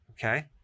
Okay